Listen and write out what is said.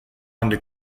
under